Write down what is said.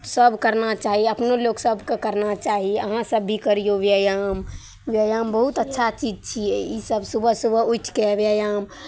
सभ करना चाही अपनो लोक सभकेँ करना चाही अहाँसभ भी करियौ व्यायाम व्यायाम बहुत अच्छा चीज छियै इसभ सुबह सुबह उठि कऽ व्यायाम